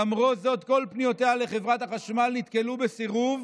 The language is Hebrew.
למרות זאת, כל פניותיה לחברת החשמל נתקלו בסירוב,